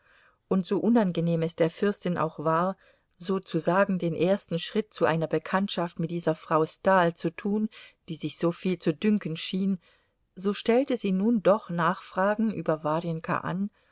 und so unangenehm es der fürstin auch war sozusagen den ersten schritt zu einer bekanntschaft mit dieser frau stahl zu tun die sich so viel zu dünken schien so stellte sie nun doch nachfragen über warjenka an